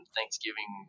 Thanksgiving